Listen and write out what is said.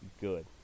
good